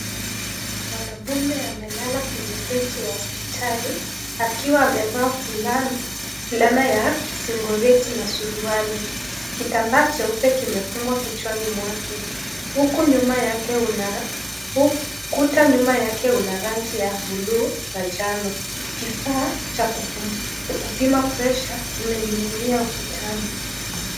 Mwanamume amelala kwenye benchi ya hospitali akiwa amevaa fulana ya singoreti na suruali, kitambaa cheupe kimefungwa kichwani mwake, huku nyuma yake una rangi kuta nyuma yake una rangi ya buluu na njano, kifaa cha kupima pressure kimeninginia ukutani.